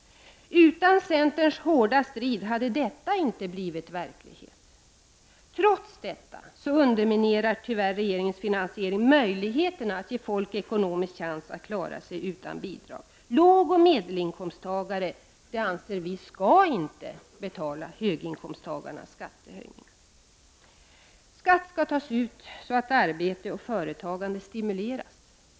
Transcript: Utan centerns hårda kamp hade detta inte blivit verklighet. Trots detta underminerar tyvärr regeringens finansiering möjligheterna att ge folk ekonomisk chans att klara sig utan bidrag. Lågoch medelinkomsttagare skall inte betala höginkomsttagarnas skattesänkningar. Skatt skall tas ut så att arbete och företagande stimuleras.